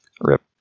Rip